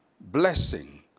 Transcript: blessing